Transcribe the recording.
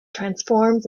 transforms